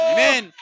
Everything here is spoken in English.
Amen